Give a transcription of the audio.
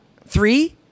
Three